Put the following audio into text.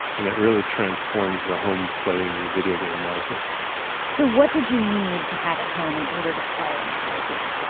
and it really transforms the home playing video game market so, what did you need to have at home in order to play an atari game?